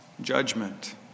judgment